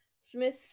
Smith